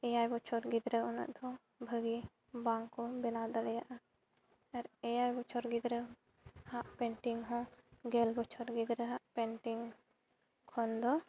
ᱮᱭᱟᱭ ᱵᱚᱪᱷᱚᱨ ᱜᱤᱫᱽᱨᱟᱹ ᱩᱱᱟᱹᱜ ᱫᱚ ᱵᱷᱟ ᱜᱤ ᱵᱟᱝ ᱠᱚ ᱵᱮᱱᱟᱣ ᱫᱟᱲᱮᱭᱟᱜᱼᱟ ᱟᱨ ᱮᱭᱟᱭ ᱵᱚᱪᱷᱚᱨ ᱜᱤᱫᱽᱨᱟᱹ ᱦᱟᱸᱜ ᱯᱮᱱᱴᱤᱝ ᱦᱚᱸ ᱜᱮᱞ ᱵᱚᱪᱷᱚᱨ ᱜᱤᱫᱽᱨᱟᱹ ᱦᱟᱸᱜ ᱯᱮᱱᱴᱤᱝ ᱠᱷᱚᱱ ᱫᱚ